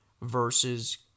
versus